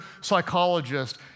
psychologist